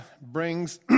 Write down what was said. brings